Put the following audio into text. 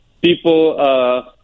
people